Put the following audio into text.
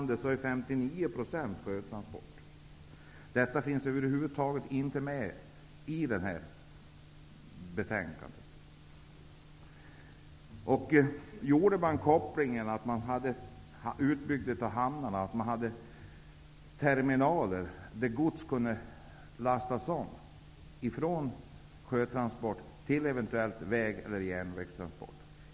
Dessa uppgifter finns över huvud taget inte med i detta betänkande. Man kan bygga ut hamnarna med terminaler där gods kan lastas om från sjötransport till eventuell väg eller järnvägstransport.